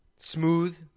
smooth